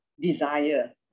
desire